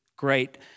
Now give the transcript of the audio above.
great